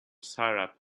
syrup